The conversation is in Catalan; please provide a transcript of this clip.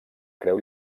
creu